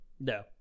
No